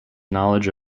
knowledge